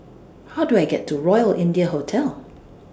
How Do I get to Royal India Hotel